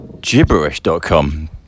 gibberish.com